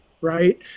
right